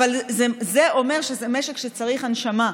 אבל זה אומר שזה משק שצריך הנשמה,